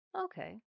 Okay